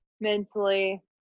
mentally